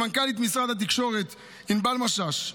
למנכ"לית משרד התקשורת ענבל משש,